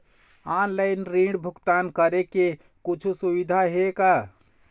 Online ऋण भुगतान करे के कुछू सुविधा हे का?